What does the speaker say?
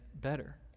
better